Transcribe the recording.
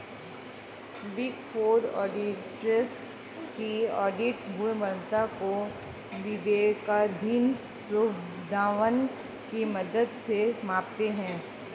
big four auditors की audit गुणवत्ता को विवेकाधीन प्रोद्भवन की मदद से मापते हैं